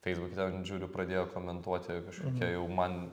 feisbuke ten žiūriu pradėjo komentuoti kažkokie jau man